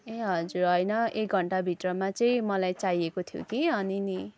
ए हजुर होइन एक घन्टाभित्रमा चाहिँ मलाई चाहिएको थियो कि अनि नि